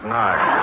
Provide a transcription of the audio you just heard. night